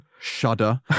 Shudder